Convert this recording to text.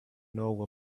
know